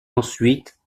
ensuite